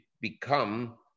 become